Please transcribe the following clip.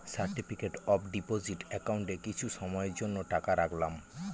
certificate of deposit একাউন্টে কিছু সময়ের জন্য টাকা রাখলাম